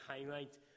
highlight